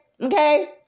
Okay